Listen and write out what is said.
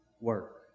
work